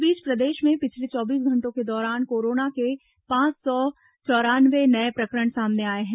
इस बीच प्रदेश में पिछले चौबीस घंटों के दौरान कोरोना के पांच सौ चौरानवे नये प्रकरण सामने आए हैं